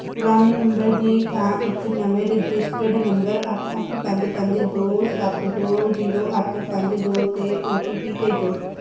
ਪੁਰਾਣੇ ਨੰਬਰ ਦੀ ਥਾਂ ਇੱਕ ਨਵੇਂ ਰਜਿਸਟਰਡ ਨੰਬਰ ਅੱਠ ਅੱਠ ਪੰਜ ਪੰਜ ਦੋ ਸੱਤ ਦੋ ਜ਼ੀਰੋ ਅੱਠ ਪੰਜ ਦੋ 'ਤੇ ਓ ਟੀ ਪੀ ਭੇਜੋ